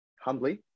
humbly